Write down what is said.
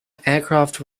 aircraft